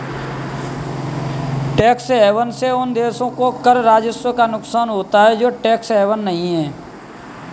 tax haven से उन देशों को कर राजस्व का नुकसान होता है जो टैक्स हेवन नहीं हैं